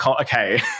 Okay